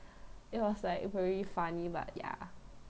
it was like very funny but ya